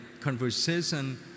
conversation